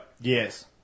Yes